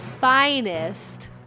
finest